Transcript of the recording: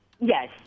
Yes